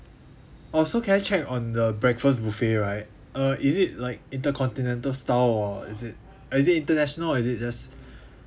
oh so can I check on the breakfast buffet right uh is it like intercontinental style or is it uh is it international or is it just